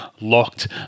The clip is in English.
locked